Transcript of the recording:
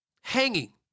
hanging